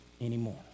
anymore